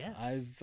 Yes